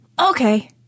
okay